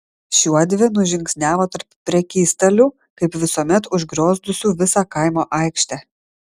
šiuodvi nužingsniavo tarp prekystalių kaip visuomet užgriozdusių visą kaimo aikštę